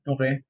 Okay